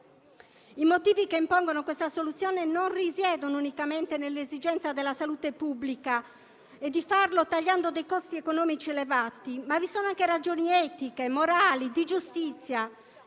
I motivi che impongono questa soluzione non risiedono unicamente nell'esigenza della salute pubblica e di farlo tagliando dei costi economici elevati, ma vi sono anche ragioni etiche, morali, di giustizia,